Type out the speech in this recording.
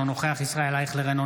אינו נוכח ישראל אייכלר,